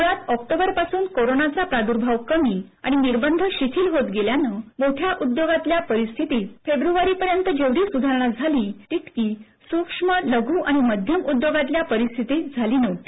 मुळात ऑक्टोबरपासून कोरोनाचा प्रादुर्भाव कमी आणि निर्बंध शिथिल होत गेल्यानं मोठ्या उद्योगांतल्या परिस्थितीत फेब्रुवारीपर्यंत जेवढी सुधारणा झाली तितकी सूक्ष्म लघू आणि मध्यम उद्योगांतल्या परिस्थितीत झाली नव्हती